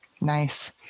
nice